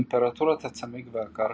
טמפרטורת הצמיג והקרקע,